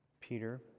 Peter